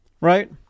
right